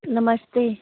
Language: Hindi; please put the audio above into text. नमस्ते